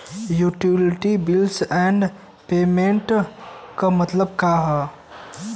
Utility bills and payments क मतलब का बा?